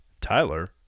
Tyler